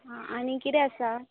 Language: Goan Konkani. आनी कितें आसा